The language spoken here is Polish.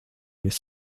jest